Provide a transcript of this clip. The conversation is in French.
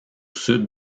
sud